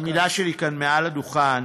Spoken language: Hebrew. העמידה שלי כאן מעל הדוכן